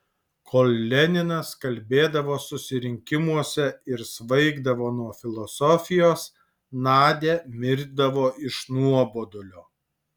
kol leninas kalbėdavo susirinkimuose ir svaigdavo nuo filosofijos nadia mirdavo iš nuobodulio